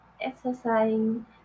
exercising